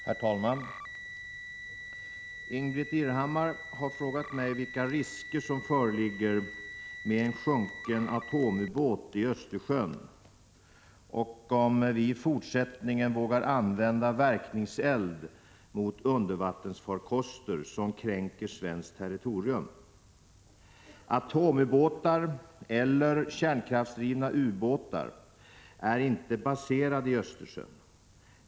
Herr talman! Ingbritt Irhammar har frågat mig vilka risker som föreligger med en sjunken atomubåt i Östersjön och om vi i fortsättningen vågar använda verkningseld mot undervattensfarkoster som kränker svenskt territorium. Atomubåtar eller kärnkraftsdrivna ubåtar är inte baserade i Östersjön.